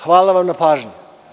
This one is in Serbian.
Hvala vam na pažnji.